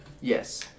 Yes